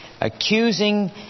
accusing